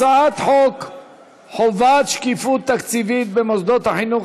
הצעת חוק חובת שקיפות תקציבית במוסדות החינוך,